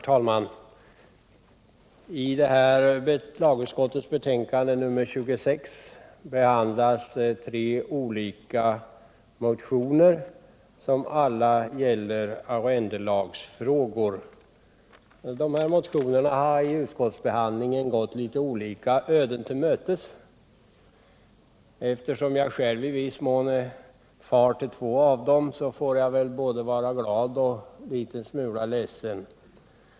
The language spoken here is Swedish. Herr talman! Tlagutskottets betänkande nr 26 behandlas tre olika motioner, som alla gäller arrendelagsfrågor. Dessa motioner har vid utskottsbehandlingen gått litet olika öden till mötes. Eftersom jag själv i viss mån är far till två av dem, får jag både vara glad och er liten smula ledsen.